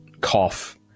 cough